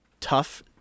tough